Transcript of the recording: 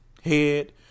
head